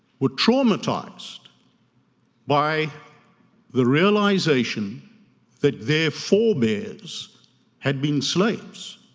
were traumatized by the realization that their forbearers had been slaves,